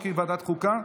שתקבע ועדת הכנסת נתקבלה.